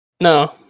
no